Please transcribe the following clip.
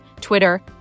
Twitter